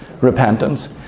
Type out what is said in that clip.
Repentance